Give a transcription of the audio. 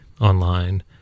online